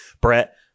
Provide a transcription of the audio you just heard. Brett